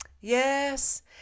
Yes